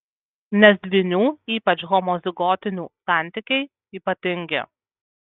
nes dvynių ypač homozigotinių santykiai ypatingi